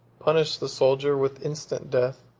punished the soldier with instant death,